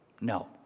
No